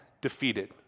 defeated